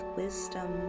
wisdom